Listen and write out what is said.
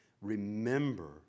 Remember